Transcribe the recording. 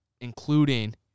including